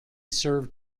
served